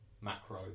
macro